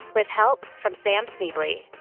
with help from sam schneble.